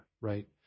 right